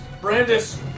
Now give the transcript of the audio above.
Brandis